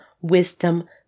Wisdom